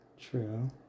true